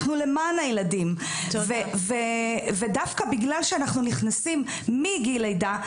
אנחנו למען הילדים ודווקא בגלל שאנחנו נכנסים מגיל לידה,